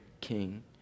king